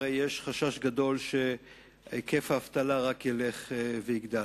הרי יש חשש גדול שהיקף האבטלה רק ילך ויגדל.